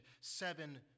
seven